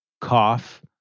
cough